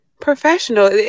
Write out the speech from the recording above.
professional